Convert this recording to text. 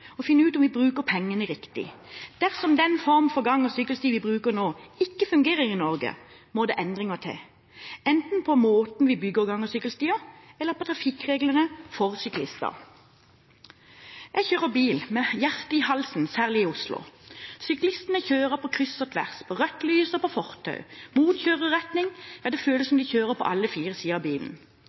og finne ut om vi bruker pengene riktig. Dersom den form for gang- og sykkelstier vi bruker nå, ikke fungerer i Norge, må det endringer til, enten på måten vi bygger gang- og sykkelstier, eller i trafikkreglene for syklister. Jeg kjører bil med hjertet i halsen, særlig i Oslo. Syklistene kjører på kryss og tvers, på rødt lys og på fortau, mot kjøreretning – ja, det føles som de kjører på alle fire sider av bilen.